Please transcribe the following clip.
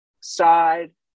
side